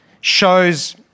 shows